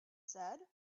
said